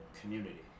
community